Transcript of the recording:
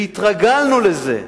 והתרגלנו לזה.